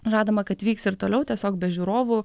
žadama kad vyks ir toliau tiesiog be žiūrovų